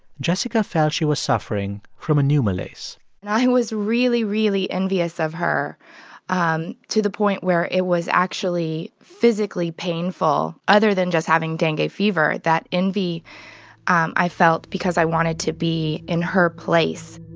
jessica felt she was suffering from a new malaise and i was really, really envious of her um to the point where it was actually physically painful other than just having dengue fever that envy i felt because i wanted to be in her place